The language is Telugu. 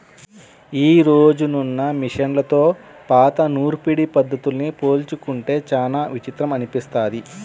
యీ రోజునున్న మిషన్లతో పాత నూర్పిడి పద్ధతుల్ని పోల్చుకుంటే చానా విచిత్రం అనిపిస్తది